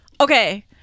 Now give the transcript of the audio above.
Okay